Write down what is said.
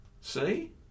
See